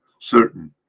certain